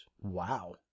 Wow